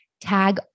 tag